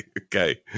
okay